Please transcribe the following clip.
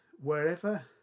wherever